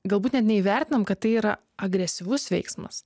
galbūt net neįvertinam kad tai yra agresyvus veiksmas